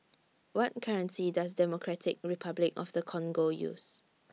What currency Does Democratic Republic of The Congo use